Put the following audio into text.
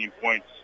points